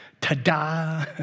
Ta-da